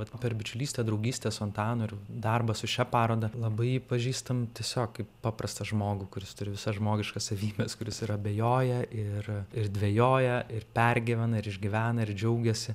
vat per bičiulystę draugystę su antanu ir darbą su šia paroda labai pažįstam tiesiog kaip paprastą žmogų kuris turi visas žmogiškas savybes kuris ir abejoja ir ir dvejoja ir pergyvena ir išgyvena ir džiaugiasi